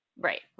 right